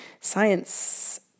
science